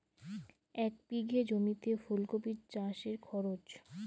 এক বিঘে জমিতে ফুলকপি চাষে খরচ?